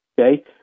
okay